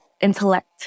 intellect